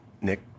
Nick